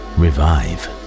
revive